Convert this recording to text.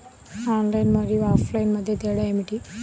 Online మరియు offline మధ్య తేడా ఏమిటీ?